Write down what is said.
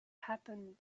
happen